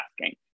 asking